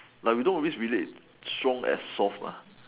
like we don't always relate strong as soft ah